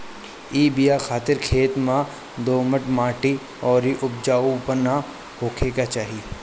इ बिया खातिर खेत में दोमट माटी अउरी उपजाऊपना होखे के चाही